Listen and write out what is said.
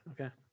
Okay